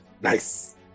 Nice